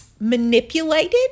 manipulated